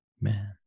man